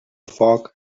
foc